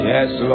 Yes